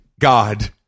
God